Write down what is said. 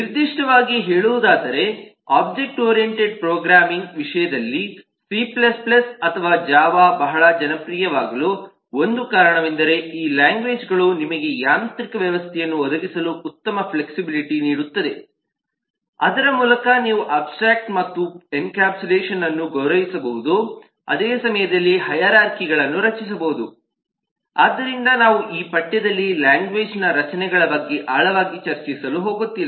ನಿರ್ದಿಷ್ಟವಾಗಿ ಹೇಳುವುದಾದರೆ object oriented programming ವಿಷಯದಲ್ಲಿ ಸಿC ಅಥವಾ ಜಾವಾ ಬಹಳ ಜನಪ್ರಿಯವಾಗಲು ಒಂದು ಕಾರಣವೆಂದರೆ ಈ ಲ್ಯಾಂಗ್ವೇಜ್ಗಳು ನಿಮಗೆ ಯಾಂತ್ರಿಕ ವ್ಯವಸ್ಥೆಯನ್ನು ಒದಗಿಸಲು ಉತ್ತಮ ಫ್ಲೆಕ್ಸಿಬಿಲಿಟಿ ನೀಡುತ್ತದೆ ಅದರ ಮೂಲಕ ನೀವು ಅಬ್ಸ್ಟ್ರಾಕ್ಷನ್ ಮತ್ತು ಎನ್ಕ್ಯಾಪ್ಸುಲೇಷನ್ಅನ್ನು ಗೌರವಿಸಬಹುದು ಅದೇ ಸಮಯದಲ್ಲಿ ಹೈರಾರ್ಖಿಗಳನ್ನು ರಚಿಸಿಬಹುದು ಆದ್ದರಿಂದ ನಾವು ಈ ಪಠ್ಯದಲ್ಲಿ ಲ್ಯಾಂಗ್ವೇಜ್ನ ರಚನೆಗಳ ಬಗ್ಗೆ ಆಳವಾಗಿ ಚರ್ಚಿಸಲು ಹೋಗುತ್ತಿಲ್ಲ